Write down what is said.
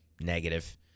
negative